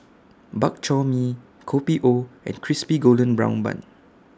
Bak Chor Mee Kopi O and Crispy Golden Brown Bun